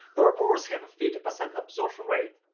herbivores have a fifty percent absorption rates,